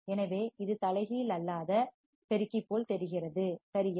எனவே இது தலைகீழ் அல்லாத நான் இன்வடிங் பெருக்கி போல் தெரிகிறது சரியா